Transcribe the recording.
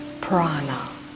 prana